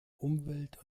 umwelt